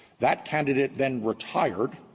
that candidate then retired,